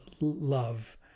love